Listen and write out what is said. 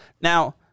Now